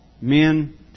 men